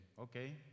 okay